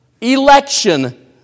Election